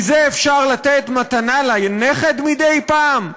מזה אפשר לתת מתנה לנכד מדי פעם?